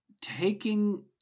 taking